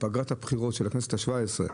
בפגרת הבחירות של הכנסת ה-17,